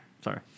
Sorry